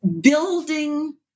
building